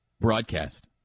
broadcast